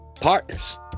partners